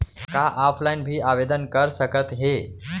का ऑफलाइन भी आवदेन कर सकत हे?